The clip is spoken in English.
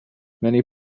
many